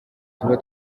tuba